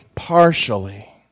partially